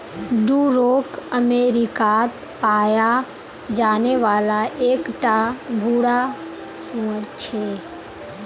Duroc अमेरिकात पाया जाने वाला एक टा भूरा सूअर छे